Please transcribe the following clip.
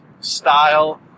style